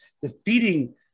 defeating